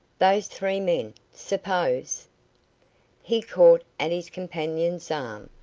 those three men! suppose he caught at his companion's arm,